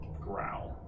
growl